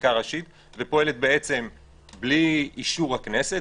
חקיקה ראשית ופועלת בעצם בלי אישור הכנסת,